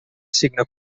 cigne